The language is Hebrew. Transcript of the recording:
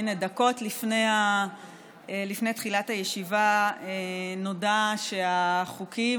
הינה, דקות לפני תחילת הישיבה נודע שהחוקים